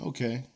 Okay